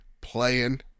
Playing